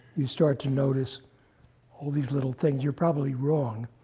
you start to notice all these little things. you're probably wrong,